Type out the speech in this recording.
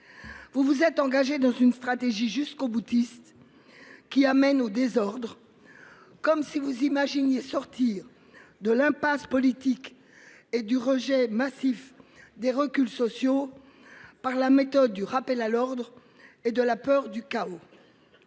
Vous vous êtes engagé dans une stratégie jusqu'au-boutiste. Qui amène au désordre. Comme si vous imaginiez sortir de l'impasse politique et du rejet massif des reculs sociaux. Par la méthode du rappel à l'ordre et de la peur du chaos.